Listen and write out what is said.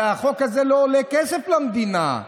החוק הזה לא עולה כסף למדינה.